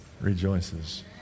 rejoices